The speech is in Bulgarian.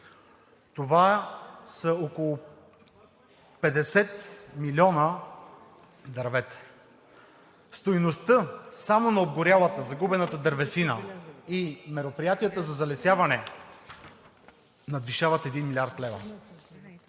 Това са около 50 милиона дървета. Стойността само на обгорялата, загубената дървесина и мероприятията за залесяване надвишават 1 млрд. лв.